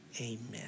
Amen